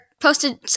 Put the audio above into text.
posted